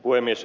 puhemies